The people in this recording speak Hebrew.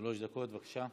שלוש דקות, בבקשה.